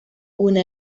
una